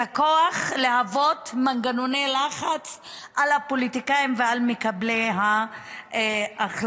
את הכוח להוות מנגנוני לחץ על הפוליטיקאים ועל מקבלי ההחלטות.